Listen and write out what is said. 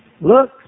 look